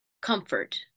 comfort